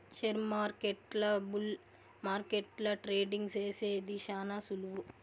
షేర్మార్కెట్ల బుల్ మార్కెట్ల ట్రేడింగ్ సేసేది శాన సులువు